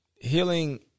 healing